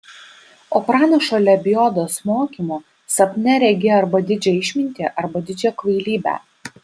o pranašo lebiodos mokymu sapne regi arba didžią išmintį arba didžią kvailybę